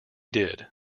did